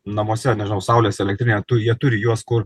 namuose nežinau saulės elektrinę tu jie turi juos kur